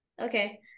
Okay